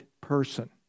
person